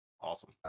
Awesome